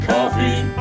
Coffee